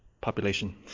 population